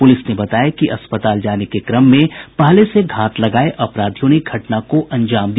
police ने बताया कि अस्पताल जाने के क्रम में पहले से घात लगाये अपराधियों ने घटना को अंजाम दिया